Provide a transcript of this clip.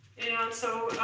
and so